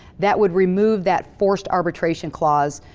that would remove that forced arbitration clause,